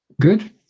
good